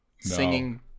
singing